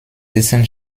dessen